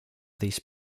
these